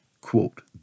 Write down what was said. quote